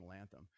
anthem